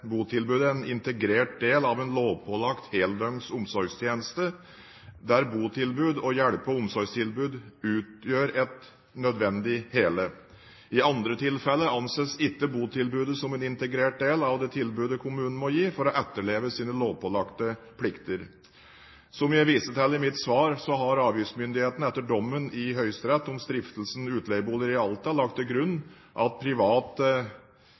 botilbudet en integrert del av en lovpålagt heldøgns omsorgstjeneste, der botilbud og hjelpe- og omsorgstilbud utgjør et nødvendig hele. I andre tilfeller anses ikke botilbudet som en integrert del av det tilbudet kommunen må gi for å etterleve sine lovpålagte plikter. Som jeg viste til i mitt svar, har avgiftsmyndighetene, etter dommen i Høyesterett om Stiftelsen Utleieboliger i Alta, lagt til grunn at privat